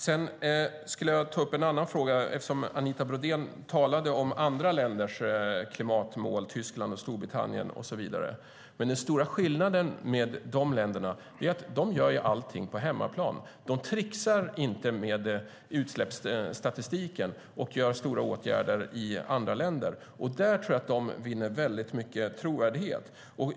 Sedan skulle jag vilja ta upp en annan fråga, eftersom Anita Brodén talade om andra länders klimatmål, Tysklands, Storbritanniens och så vidare. Den stora skillnaden i förhållande till de länderna är att de gör allting på hemmaplan. De tricksar inte med utsläppsstatistiken och vidtar stora åtgärder i andra länder. Där tror jag att de vinner väldigt mycket trovärdighet.